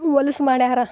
ಹೊಲಸು ಮಾಡ್ಯಾರ